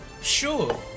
Sure